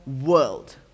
world